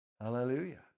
Hallelujah